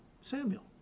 Samuel